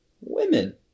women